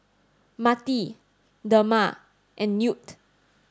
Marti Dema and Knute